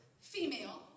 female